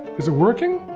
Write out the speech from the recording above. is it working?